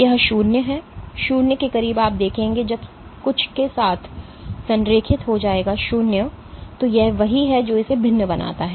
यह 0 है 0 के करीब आप देखेंगे सब कुछ के साथ संरेखित हो जाएगा 0 तो यह वही है जो इसे भिन्न बनाता है